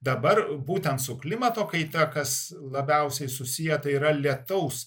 dabar būtent su klimato kaita kas labiausiai susieta yra lietaus